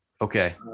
Okay